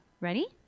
ready